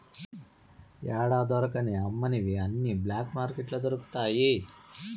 యాడా దొరకని అమ్మనివి అన్ని బ్లాక్ మార్కెట్లో దొరుకుతాయి